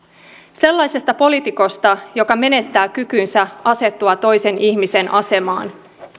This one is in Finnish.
sellaisesta poliitikosta joka menettää kykynsä asettua toisen ihmisen asemaan